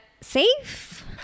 safe